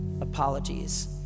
apologies